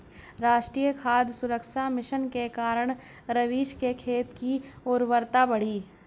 राष्ट्रीय खाद्य सुरक्षा मिशन के कारण रवीश के खेत की उर्वरता बढ़ी है